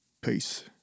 Peace